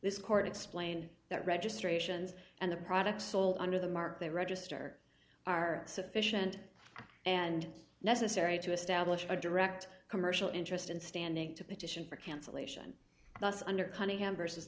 this court explained that registrations and the product sold under the mark they register are sufficient and necessary to establish a direct commercial interest in standing to petition for cancellation thus under cunningham versus